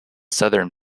southern